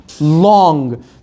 long